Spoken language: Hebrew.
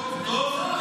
חוק טוב.